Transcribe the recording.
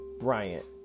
Bryant